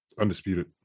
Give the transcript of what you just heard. undisputed